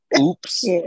Oops